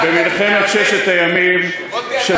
במלחמת ששת הימים, מוטי, אתה מעוות.